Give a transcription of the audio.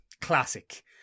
Classic